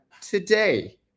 today